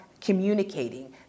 communicating